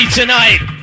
tonight